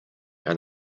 and